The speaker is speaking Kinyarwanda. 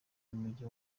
n’umujyi